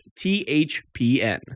thpn